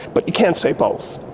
but you can't say both.